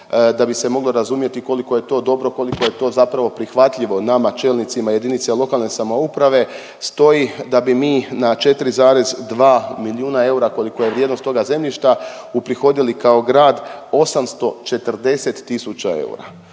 da bi se moglo razumjeti koliko je to dobro, koliko je to zapravo prihvatljivo nama čelnicima jedinice lokalne samouprave stoji da bi mi na 4,2 milijuna eura koliko je vrijednost toga zemljišta uprihodili kao grad 840 000 eura,